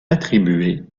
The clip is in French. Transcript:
attribués